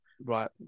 Right